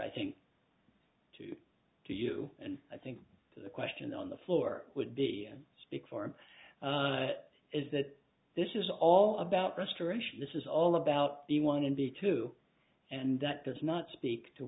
i think to to you and i think the question on the floor would be speak for him is that this is all about restoration this is all about the one and the two and that does not speak to